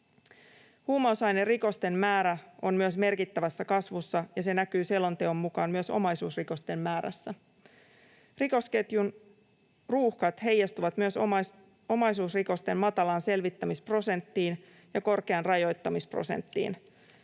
Huumausainerikosten määrä on myös merkittävässä kasvussa, ja se näkyy selonteon mukaan myös omaisuusrikosten määrässä. Rikosketjun ruuhkat heijastuvat myös omaisuusrikosten matalaan selvittämisprosenttiin ja korkeaan rajoittamisprosenttiin.